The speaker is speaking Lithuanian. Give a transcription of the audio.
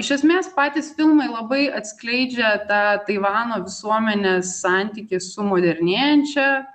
iš esmės patys filmai labai atskleidžia tą taivano visuomenės santykį su modernėjančia